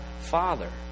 Father